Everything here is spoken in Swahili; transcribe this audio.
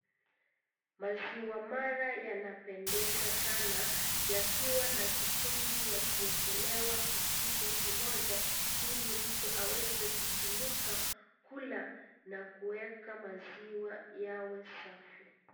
Maziwa mala yanapendeza sana yakiwa na kichungi yakiekelewa kijiko kimoja ili mtu aweze kutumika kula na kuweka maziwa yawe safi.